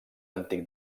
antic